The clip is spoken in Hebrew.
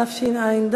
תשע"ד.